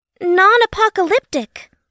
non-apocalyptic